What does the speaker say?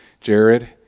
Jared